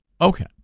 Okay